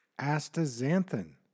astaxanthin